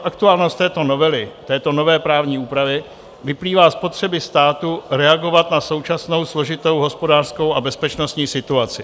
Aktuálnost této novely, této nové právní úpravy, vyplývá z potřeby státu reagovat na současnou složitou hospodářskou a bezpečnostní situaci.